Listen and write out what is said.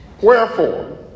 Wherefore